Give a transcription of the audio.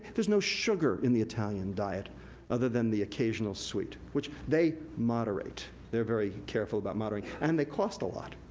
there's no sugar in the italian diet other than the occasional sweet, which they moderate. they're very careful about moderating, and they cost a lot.